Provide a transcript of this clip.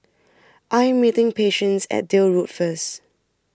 I'm meeting Patience At Deal Road First